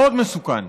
מאוד מסוכן.